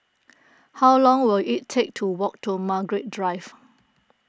how long will it take to walk to Margaret Drive